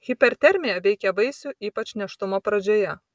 hipertermija veikia vaisių ypač nėštumo pradžioje